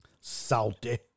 Salty